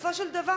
בסופו של דבר,